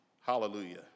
Hallelujah